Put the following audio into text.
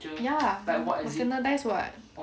ya personalised [what]